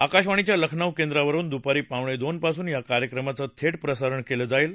आकाशवाणिच्या लखनौ केंद्रावरुन दुपारी पावणे दोनपासून या कार्यक्रमाचं थेट प्रसारण केलं जाईल